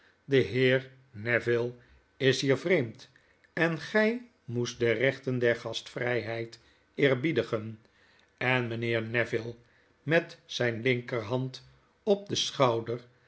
de heer neville is hier vreemd en gij moest de rechten der gastvryheid eerbiedigen en mijnheer neville met zijne linkerhand op den schouder